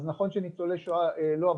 אז נכון שניצולי שואה לא,